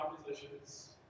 compositions